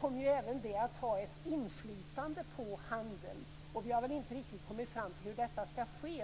kommer också det att ha en inflytande på handeln. Vi har inte riktigt kommit fram till hur detta ska ske.